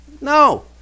No